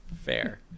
Fair